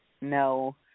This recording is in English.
No